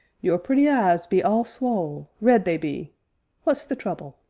your pretty eyes be all swole red they be what's the trouble?